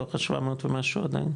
מתוך ה-700 ומשהו עדיין?